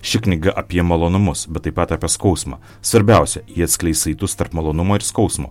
ši knyga apie malonumus bet taip pat apie skausmą svarbiausia ji atskleis saitus tarp malonumo ir skausmo